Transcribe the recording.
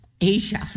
Asia